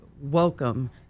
welcome